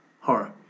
horror